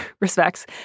respects